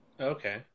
Okay